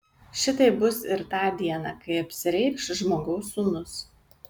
šitaip bus ir tą dieną kai apsireikš žmogaus sūnus